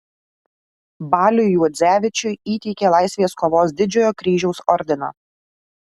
baliui juodzevičiui įteikė laisvės kovos didžiojo kryžiaus ordiną